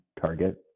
target